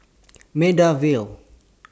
Maida Vale